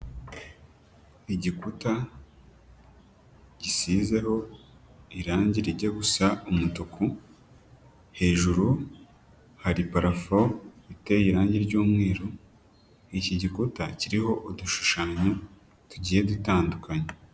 Igikuta gisizeho irangi rijya gusa umutuku, hejuru hari parafu iteye irangi ry'umweru, iki gikuta kiriho udushushanyo, tugiye dutandukanye.